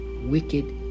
wicked